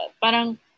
parang